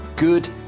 good